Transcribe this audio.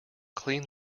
clean